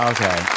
Okay